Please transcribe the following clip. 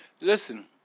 listen